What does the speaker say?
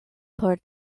por